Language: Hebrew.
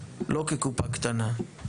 לא כקופה קטנה,